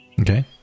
Okay